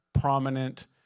prominent